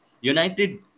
United